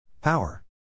Power